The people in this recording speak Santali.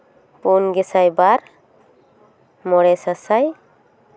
ᱯᱩᱱ ᱜᱮᱥᱟᱭ ᱵᱟᱨ ᱢᱚᱬᱮ ᱥᱟᱥᱟᱭ